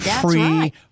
Free